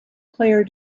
player